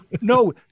No